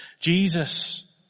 Jesus